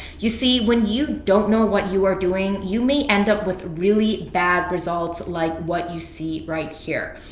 you see, when you don't know what you are doing, you may end up with really bad results like what you see right here.